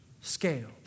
scale